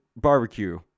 barbecue